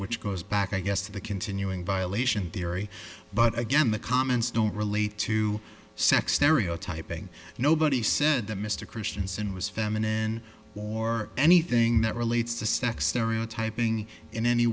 which goes back i guess to the continuing violation theory but again the comments don't relate to sex stereotyping nobody said that mr christianson was feminine or anything that relates to sex stereotyping in any